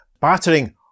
battering